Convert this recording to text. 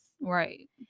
Right